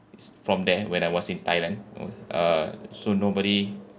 it's from there when I was in thailand uh so nobody